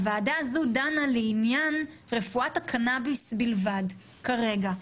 הוועדה הזו דנה לעניין רפואת הקנאביס בלבד כרגע.